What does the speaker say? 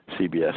cbs